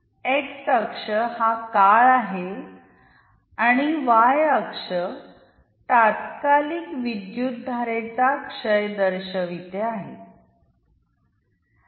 x अक्ष हा काळ आहे आणि y अक्ष तात्कालिक विद्युतधारेचा क्षय दर्शविते आहे